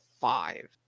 five